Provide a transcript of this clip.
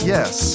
Yes